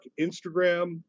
instagram